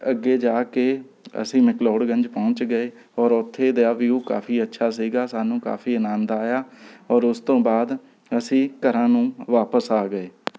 ਅੱਗੇ ਜਾ ਕੇ ਅਸੀਂ ਮੈਕਲੋਡਗੰਜ਼ ਪਹੁੰਚ ਗਏ ਔਰ ਉੱਥੇ ਦਾ ਵਿਉ ਕਾਫ਼ੀ ਅੱਛਾ ਸੀਗਾ ਸਾਨੂੰ ਕਾਫ਼ੀ ਅਨੰਦ ਆਇਆ ਔਰ ਉਸ ਤੋਂ ਬਾਅਦ ਅਸੀਂ ਘਰਾਂ ਨੂੰ ਵਾਪਿਸ ਆ ਗਏ